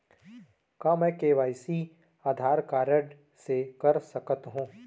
का मैं KYC Aadhaar card से कर सकत हो?